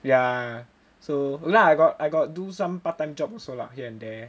ya so ya I got I got do some part time job also lah here and there